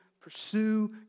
pursue